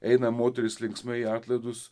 eina moterys linksmai į atlaidus